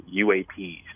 UAPs